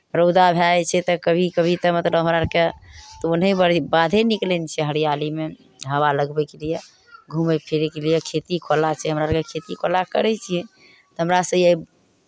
रौदा भए जाइ छै तऽ कभी कभी तऽ मतलब हमरा आरकेँ ओन्नऽ बाधे निकलै छियै ने हरियालीमे हवा लगबयके लिए घूमय फिरयके लिए खेती कोला छै हमरा आरकेँ खेती कोला करै छियै तऽ हमरा से